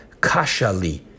kashali